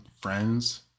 friends